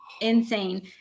insane